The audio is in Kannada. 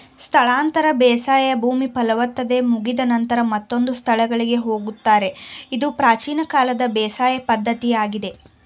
ಸ್ಥಳಾಂತರ ಬೇಸಾಯ ಭೂಮಿ ಫಲವತ್ತತೆ ಮುಗಿದ ನಂತರ ಮತ್ತೊಂದು ಸ್ಥಳಗಳಿಗೆ ಹೋಗುತ್ತಾರೆ ಇದು ಪ್ರಾಚೀನ ಕಾಲದ ಬೇಸಾಯ ಪದ್ಧತಿಯಾಗಿದೆ